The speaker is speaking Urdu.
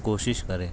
کوشش کریں